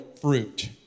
fruit